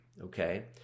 Okay